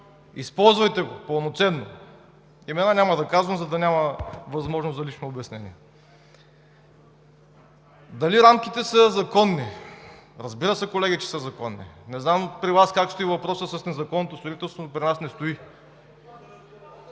използвайте. Имена няма да казвам, за да няма възможност за лично обяснение. Дали рамките са законни? Разбира се, колеги, че са законни. Не знам при Вас как стои въпросът с незаконното строителство, но при нас не стои,